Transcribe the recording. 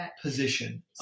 position